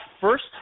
first